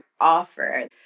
offer